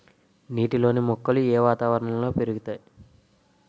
నీటిలోని మొక్కలు ఏ వాతావరణంలో పెరుగుతాయి?